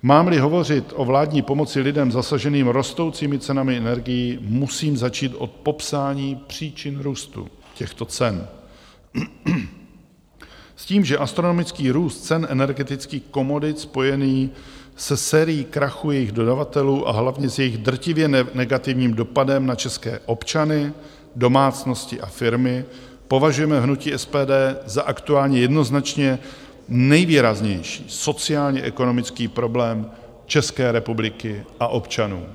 Mámli hovořit o vládní pomoci lidem zasaženým rostoucími cenami energií, musím začít od popsání příčin růstu těchto cen, s tím, že astronomický růst cen energetických komodit spojený se sérií krachu jejich dodavatelů a hlavně s jejich drtivě negativním dopadem na české občany, domácnosti a firmy považujeme v hnutí SPD za aktuálně jednoznačně nejvýraznější sociálněekonomický problém České republiky a občanů.